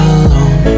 alone